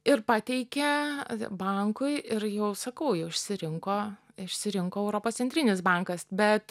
ir pateikė bankui ir jau sakau jau išsirinko išsirinko europos centrinis bankas bet